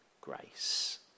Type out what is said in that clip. grace